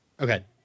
okay